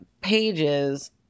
pages